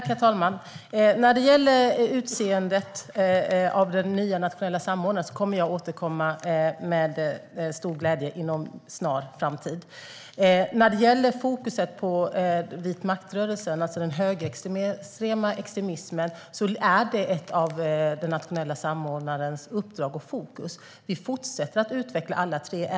Herr talman! När det gäller utseendet av den nya nationella samordnaren kommer jag med stor glädje att återkomma inom en snar framtid. När det gäller fokus på vitmaktrörelsen, det vill säga den högerextrema extremismen, är det ett av den nationella samordnarens uppdrag och fokus. Vi fortsätter att utveckla arbetet mot alla tre.